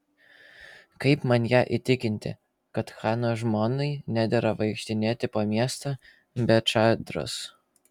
kaip man ją įtikinti kad chano žmonai nedera vaikštinėti po miestą be čadros